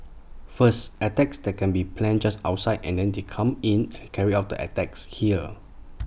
first attacks that can be planned just outside and then they come in and carry out the attacks here